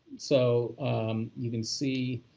so you can see,